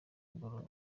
mugoroba